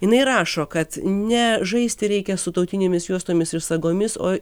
jinai rašo kad ne žaisti reikia su tautinėmis juostomis ir sagomis o